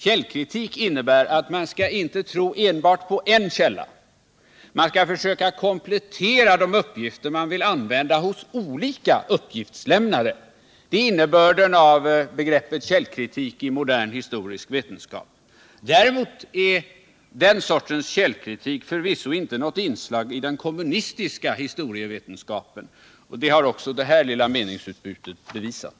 Den innebär att man inte enbart skall tro på en källa utan skall försöka komplettera de uppgifter som man vill använda hos olika uppgiftslämnare. Det är innebörden av begreppet källkritik i modern historievetenskap. Däremot är den sortens källkritik förvisso inte något inslag i den kommunistiska historievetenskapen, och det har också detta lilla meningsutbyte bevisat.